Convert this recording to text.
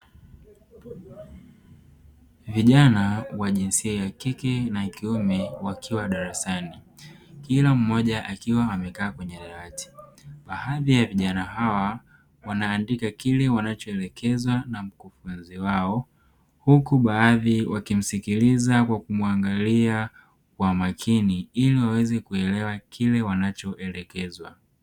Vijana wa jinsia ya kike na kiume wakiwa darasani kila mmoja akiwa amekaa kwenye dawati baadhi ya vijana hawa wanaandika kile wanachoelekezwa na mkufunzi wao, huku baadhi wakimsikilza kwa kumuangalia kwa makini ili waweze kuelewa kile wanachoelekezwa.